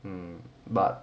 um but